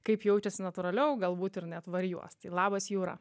kaip jaučiasi natūraliau galbūt ir net varijuos tai labas jūra